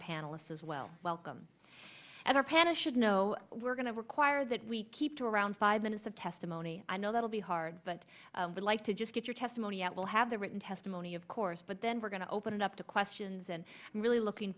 panelists as well welcome as our panel should know we're going to require that we keep to around five minutes of testimony i know that'll be hard but i'd like to just get your testimony out we'll have the written testimony of course but then we're going to open it up to questions and really looking